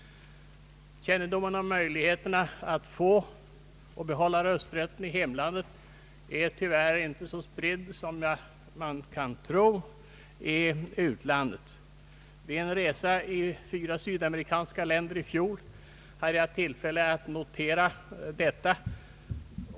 Kännedomen om möjligheten att få och behålla rösträtten i hemlandet är tyvärr inte så spridd i utlandet soni man kunde tro. Vid en resa i fyra sydamerikanska länder i fjol hade jag tillfälle att notera detta.